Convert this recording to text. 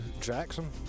Jackson